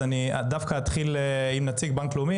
אני אתחיל דווקא עם נציג בנק לאומי.